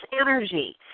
energy